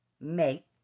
make